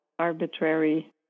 arbitrary